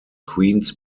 queens